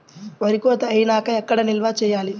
వరి కోత అయినాక ఎక్కడ నిల్వ చేయాలి?